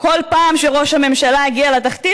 כל פעם שראש הממשלה הגיע לתחתית,